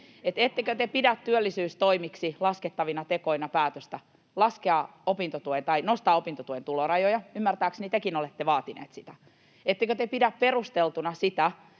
ettekö te pidä työllisyystoimiksi laskettavina tekoina päätöstä nostaa opintotuen tulorajoja. Ymmärtääkseni tekin olette vaatineet sitä. Ettekö te pidä perusteltuna sitä,